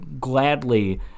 gladly